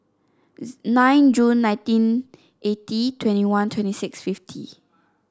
nine Jun nineteen eighty twenty one twenty six fifty